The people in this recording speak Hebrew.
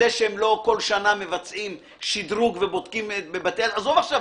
זה שהם לא כל שנה מבצעים שדרוג ובודקים בבתי הספר עזוב עכשיו